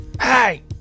Hey